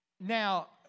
Now